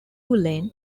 lane